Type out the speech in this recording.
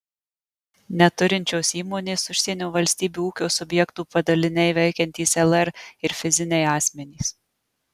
neturinčios įmonės užsienio valstybių ūkio subjektų padaliniai veikiantys lr ir fiziniai asmenys